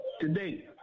today